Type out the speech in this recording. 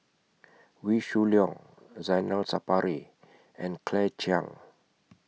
Wee Shoo Leong Zainal Sapari and Claire Chiang